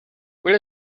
will